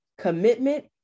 commitment